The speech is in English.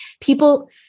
people